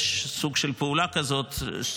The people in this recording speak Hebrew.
יש סוג של פעולה כזאת,